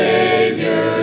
Savior